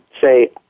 say